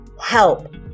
help